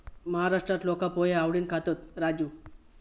महाराष्ट्रात लोका पोहे आवडीन खातत, राजू